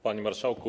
Panie Marszałku!